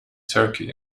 turkey